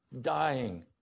dying